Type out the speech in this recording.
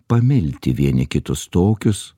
pamilti vieni kitus tokius